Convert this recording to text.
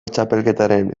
txapelketaren